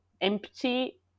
Empty